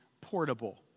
portable